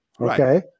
okay